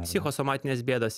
psichosomatinės bėdos